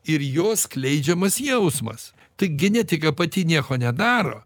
ir jo skleidžiamas jausmas tai genetika pati nieko nedaro